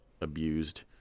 abused